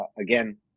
again